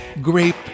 grape